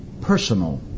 personal